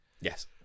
Yes